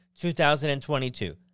2022